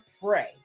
pray